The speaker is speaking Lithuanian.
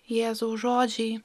jėzaus žodžiai